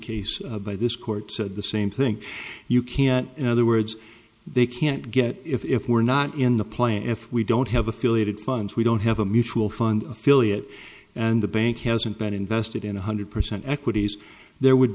case by this court said the same thing you can't in other words they can't get if we're not in the play if we don't have affiliated funds we don't have a mutual fund affiliate and the bank hasn't been invested in one hundred percent equities there would